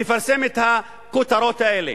מפרסם את הכותרות האלה: